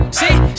see